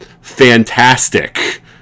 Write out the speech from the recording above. Fantastic